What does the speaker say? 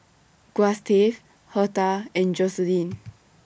Gustave Hertha and Joseline